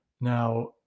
Now